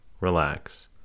relax